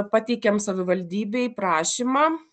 pateikėm savivaldybei prašymą